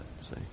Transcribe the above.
see